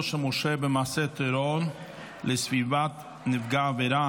של מורשע במעשה טרור לסביבת נפגע העבירה,